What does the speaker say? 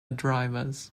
drivers